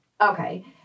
Okay